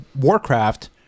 Warcraft